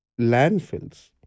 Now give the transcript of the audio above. landfills